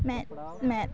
ᱢᱮᱸᱫ ᱢᱮᱸᱫ